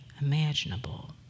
imaginable